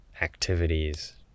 activities